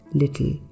little